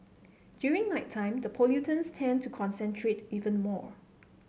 during nighttime the pollutants tend to concentrate even more